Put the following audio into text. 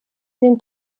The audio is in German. den